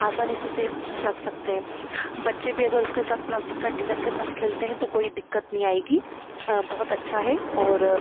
आसानी से सेफ़ रख सकते हैं बच्चे भी अगर उसके साथ प्लास्टिक कंटेनर के साथ खेलते हैं तो कोई दिक्कत नहीं आएगी बहुत अच्छा है और